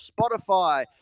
Spotify